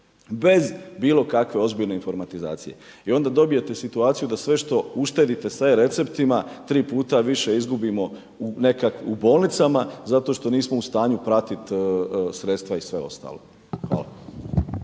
bez bilo kakve ozbiljne informatizacije. I onda dobijete situaciju da sve što uštedite sa e-receptima 3x više izgubimo u bolnicama zato što nismo u stanju pratiti sredstva i sve ostalo. Hvala.